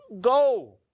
go